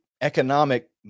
economic